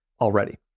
already